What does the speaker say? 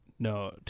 No